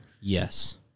Yes